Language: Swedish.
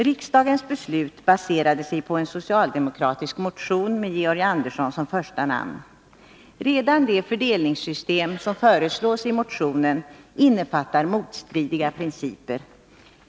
Riksdagens beslut baserade sig på en socialdemokratisk motion med Georg Andersson som första namn. Redan det fördelningssystem som föreslås i motionen innefattar motstridiga principer.